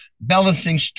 balancing